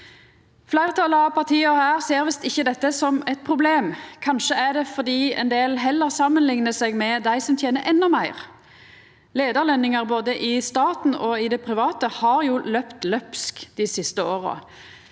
Fleirtalet av partia her ser visst ikkje dette som eit problem. Kanskje er det fordi ein del heller samanliknar seg med dei som tener endå meir. Leiarlønningane både i staten og i det private har løpt løpsk dei siste åra.